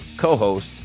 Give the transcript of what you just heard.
co-host